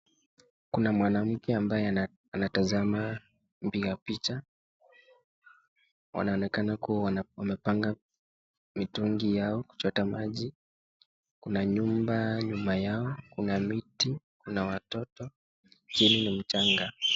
Kuna mwanamke ambaye anatasama mpika picha, wanaonekana kuwa wanapanga mitungi yao kuchota maji kuna nyumba nyuma yao kuna miti kuna watoto hili ni mchanga.